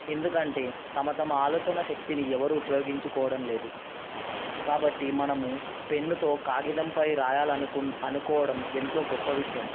ఎందుకంటే తమ తమ ఆలోచన శక్తిని ఎవరు ఉపయోగించుకోవడం లేదు కాబట్టి మనము పెన్నుతో కాగితంపై రాయాలను అనుకోవడం ఎంతో గొప్ప విషయం